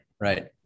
Right